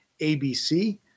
ABC